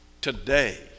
Today